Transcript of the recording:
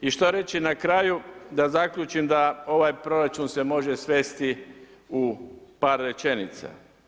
I što reći na kraju da zaključim, da ovaj proračun se može svesti u par rečenica.